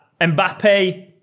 Mbappe